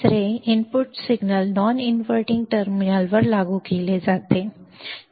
तिसरे input signal non inverting टर्मिनलवर लागू केले जाते